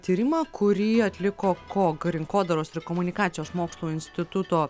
tyrimą kurį atliko kog rinkodaros ir komunikacijos mokslų instituto